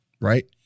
Right